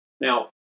Now